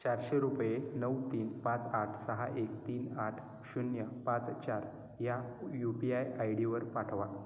चारशे रुपये नऊ तीन पाच आठ सहा एक तीन आठ शून्य पाच चार या यू पी आय आय डीवर पाठवा